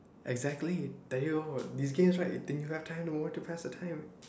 exactly tell you this games right think you have time want to pass the time